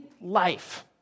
life